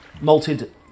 malted